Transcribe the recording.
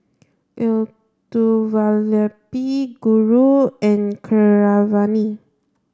Elattuvalapil Guru and Keeravani